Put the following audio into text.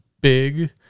big